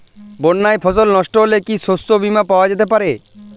বন্যায় ফসল নস্ট হলে কি শস্য বীমা পাওয়া যেতে পারে?